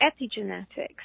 epigenetics